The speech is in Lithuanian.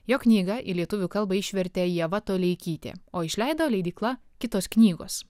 jo knyga į lietuvių kalbą išvertė ieva toleikytė o išleido leidykla kitos knygos